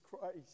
Christ